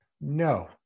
No